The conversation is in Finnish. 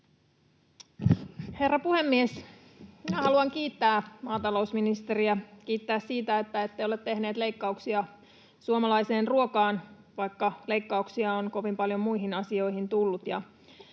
Herra puhemies! Minä haluan kiittää maatalousministeriä — kiittää siitä, että ette ole tehneet leikkauksia suomalaiseen ruokaan, vaikka leikkauksia on kovin paljon muihin asioihin tullut.